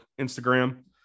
Instagram